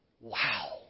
Wow